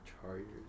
Chargers